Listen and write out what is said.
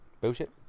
bullshit